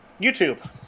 YouTube